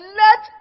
let